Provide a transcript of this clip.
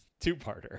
two-parter